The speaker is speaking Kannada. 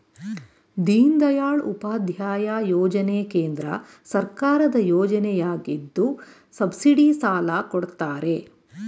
ದೀನದಯಾಳ್ ಉಪಾಧ್ಯಾಯ ಯೋಜನೆ ಕೇಂದ್ರ ಸರ್ಕಾರದ ಯೋಜನೆಯಗಿದ್ದು ಸಬ್ಸಿಡಿ ಸಾಲ ಕೊಡ್ತಾರೆ